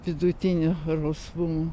vidutinio rusvumo